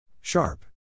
Sharp